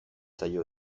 zaio